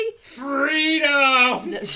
Freedom